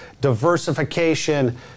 diversification